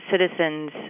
citizens